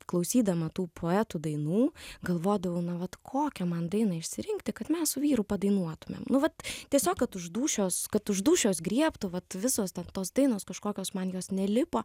klausydama tų poetų dainų galvodavau na vat kokią man dainą išsirinkti kad mes su vyru padainuotumėm nu vat tiesiog kad už dūšios kad už dūšios griebtų vat visos ten tos dainos kažkokios man jos nelipo